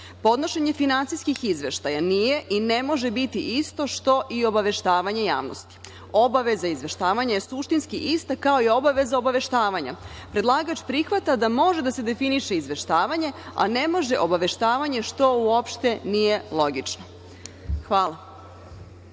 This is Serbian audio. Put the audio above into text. korisnike. Podnošenje finansijskih izveštaja nije i ne može biti isto što i obaveštavanje javnosti. Obaveza izveštavanja je suštinski ista kao i obaveza obaveštavanja. Predlagač prihvata da može da se definiše izveštavanje, a ne može obaveštavanje, što uopšte nije logično. Hvala.